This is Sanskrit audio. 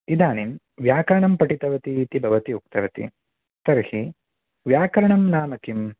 इदानीं व्याकरणं पठितवती इति भवती उक्तवती तर्हि व्याकरणं नाम किम्